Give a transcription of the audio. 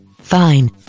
fine